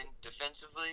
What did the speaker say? defensively